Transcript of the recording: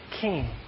king